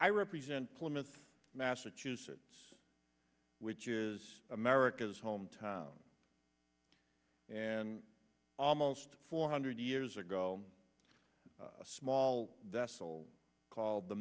i represent plymouth massachusetts which is america's hometown and almost four hundred years ago a small vessel called the